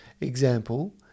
example